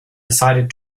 decided